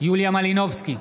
יוליה מלינובסקי,